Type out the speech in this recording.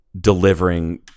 delivering